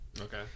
Okay